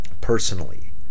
personally